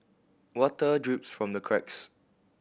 water drips from the cracks